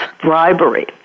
bribery